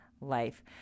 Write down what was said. life